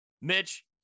Mitch